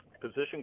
position